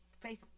faith